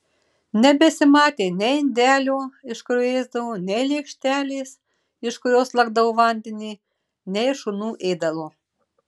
nebesimatė nei indelio iš kurio ėsdavo nei lėkštelės iš kurios lakdavo vandenį nei šunų ėdalo